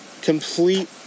complete